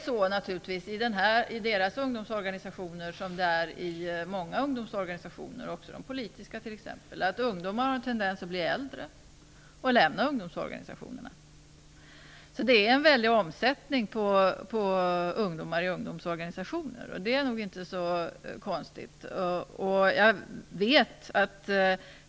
I IOGT-NTO:s ungdomsorganisationer liksom i många andra ungdomsorganisationer, t.ex. de politiska, har ungdomar naturligtvis en tendens att bli äldre och att lämna de här organisationerna. Det är således en stor omsättning på ungdomar i ungdomsorganisationerna. Det är nog inte så konstigt.